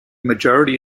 majority